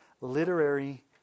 literary